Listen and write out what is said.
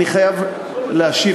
אני חייב להשיב,